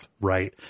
Right